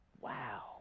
Wow